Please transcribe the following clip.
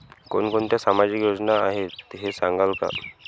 कोणकोणत्या सामाजिक योजना आहेत हे सांगाल का?